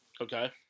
Okay